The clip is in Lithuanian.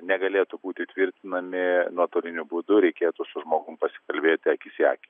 negalėtų būti tvirtinami nuotoliniu būdu reikėtų su žmogum pasikalbėti akis į akį